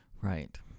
Right